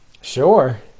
Sure